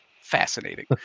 fascinating